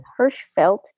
Hirschfeld